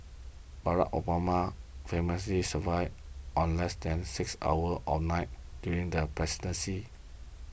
Barack Obama famously survived on less than six hours a night during the presidency